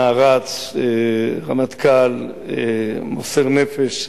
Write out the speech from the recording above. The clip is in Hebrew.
נערץ, רמטכ"ל, מוסר-נפש,